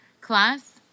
class